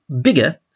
bigger